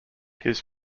his